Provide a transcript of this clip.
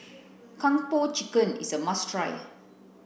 kung po chicken is a must try